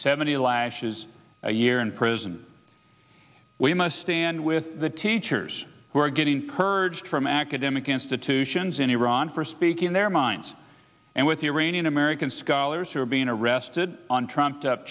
seventy lashes a year in prison we must stand with the teachers who are getting purged from academic institutions in iran for speaking their minds and with the iranian american scholars who are being arrested on trumped up